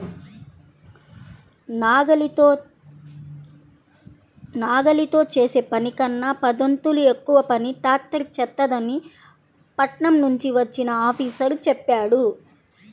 నాగలితో చేసే పనికన్నా పదొంతులు ఎక్కువ పని ట్రాక్టర్ చేత్తదని పట్నం నుంచి వచ్చిన ఆఫీసరు చెప్పాడు